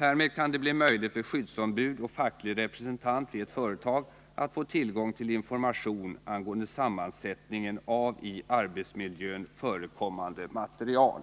Härmed kan det bli möjligt för skyddsombud och facklig representant vid ett:företag att få tillgång till information angående sammansättningen av i arbetsmiljön förekommande material.”